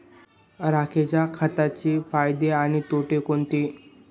राखेच्या खताचे फायदे आणि तोटे कोणते?